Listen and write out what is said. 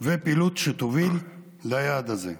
ופעילות שתוביל ליעד הזה.